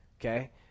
okay